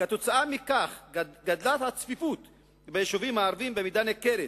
כתוצאה מכך גדלה הצפיפות ביישובים הערביים במידה ניכרת.